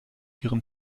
ihrem